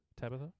Tabitha